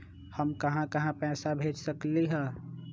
हम कहां कहां पैसा भेज सकली ह?